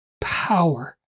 power